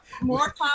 More